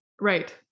Right